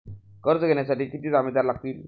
कर्ज घेण्यासाठी किती जामिनदार लागतील?